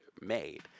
made